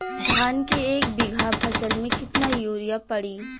धान के एक बिघा फसल मे कितना यूरिया पड़ी?